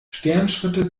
sternschritte